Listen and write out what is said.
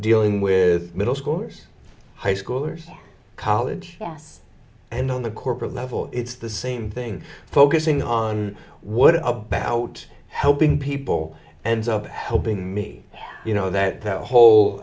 dealing with middle schoolers high schoolers college yes and on the corporate level it's the same thing focusing on what about helping people and helping me you know that that